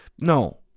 No